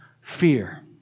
fear